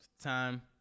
Time